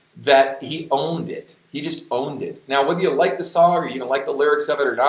that he owned it, he just owned it. now whether you like the song or you don't like the lyrics of it or not,